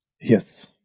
Yes